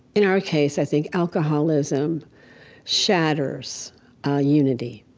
in our case, i think, alcoholism shatters a unity.